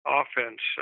offense